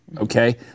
Okay